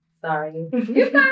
sorry